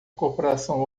corporação